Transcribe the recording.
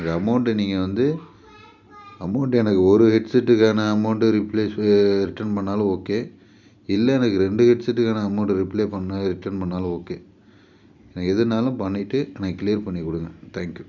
இந்த அமௌண்டு நீங்கள் வந்து அமௌண்டு எனக்கு ஒரு ஹெட்செட்டுக்கான அமௌண்டு ரிப்ளேஸு ரிட்டர்ன் பண்ணாலும் ஓகே இல்லை எனக்கு ரெண்டு ஹெட்செட்டுக்கான அமௌண்டு ரிப்ளே பண்ணால் ரிட்டர்ன் பண்ணாலும் ஓகே எனக்கு எதுனாலும் பண்ணிவிட்டு எனக்கு க்ளியர் பண்ணிக் கொடுங்க தேங்க்யூ